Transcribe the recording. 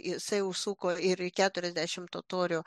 jisai užsuko ir į keturiasdešimt totorių